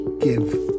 give